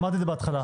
אמרתי את זה בהתחלה.